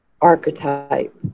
archetype